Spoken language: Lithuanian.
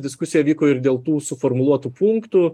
diskusija vyko ir dėl tų suformuluotų punktų